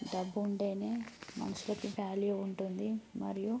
డబ్బు ఉంటే మనుషులకు వాల్యూ ఉంటుంది మరియు